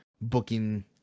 booking